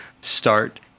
start